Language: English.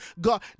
God